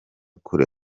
kure